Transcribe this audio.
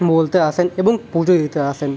বলতে আসেন এবং পুজো দিতে আসেন